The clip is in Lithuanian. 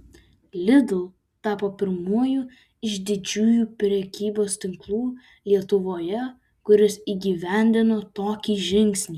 lidl tapo pirmuoju iš didžiųjų prekybos tinklų lietuvoje kuris įgyvendino tokį žingsnį